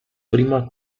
prima